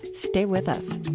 stay with us